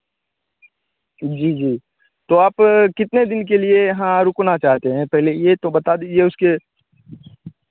जी जी तो आप कितने दिन के लिए यहाँ रुकना चाहते हैं पहले यह तो बता दीजिए उसके